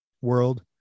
world